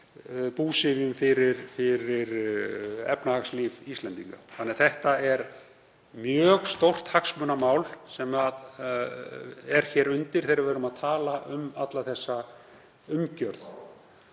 búsifjum fyrir efnahagslíf Íslendinga. Þetta er mjög stórt hagsmunamál sem er hér undir þegar við erum að tala um alla þessa umgjörð.